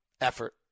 effort